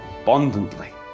abundantly